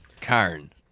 Carn